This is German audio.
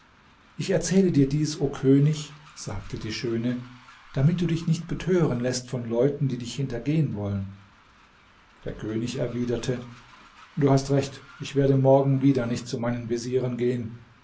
ich erzähle dir dies o könig sagte die schöne damit du dich nicht betören läßt von leuten die dich hintergehen wollen der könig erwiderte du hast recht ich werde morgen wieder nicht zu meinen vezieren gehen